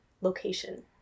location